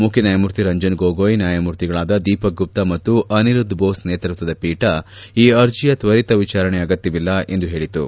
ಮುಖ್ಯ ನ್ಯಾಯಮೂರ್ತಿ ರಂಜನ್ ಗೊಗೋಯ್ ನ್ಯಾಯಮೂರ್ತಿಗಳಾದ ದೀಪಕ್ ಗುಪ್ತಾ ಮತ್ತು ಅನಿರುದ್ದ್ ದೋಸ್ ನೇತೃತ್ವದ ಪೀಠ ಈ ಅರ್ಜಿಯ ತ್ವರಿತ ವಿಚಾರಣೆ ಅಗತ್ಯವಿಲ್ಲ ಎಂದು ಹೇಳಿತು